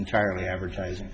entirely advertising